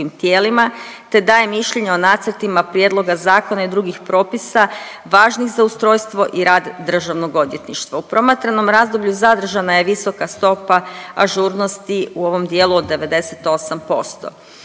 te daje mišljenje o nacrtima prijedloga zakona i drugih propisa važnih za ustrojstvo i rad DORH-a. U promatranom razdoblju zadržana je visoka stopa ažurnosti u ovom dijelu od 98%.